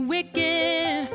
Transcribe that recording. Wicked